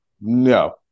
No